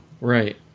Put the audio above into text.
right